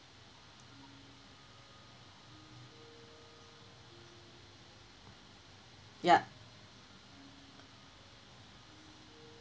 yup